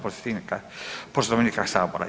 Poslovnika Sabora.